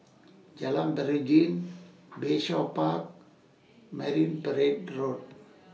Jalan Beringin Bayshore Park Marine Parade Road